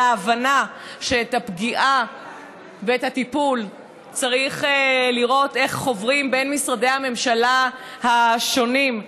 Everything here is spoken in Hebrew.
על ההבנה שלטיפול בפגיעה צריך לראות איך חוברים משרדי הממשלה השונים.